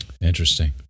Interesting